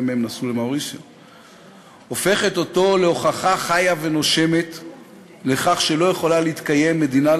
לאחת החוות שהקים שם הברון הירש.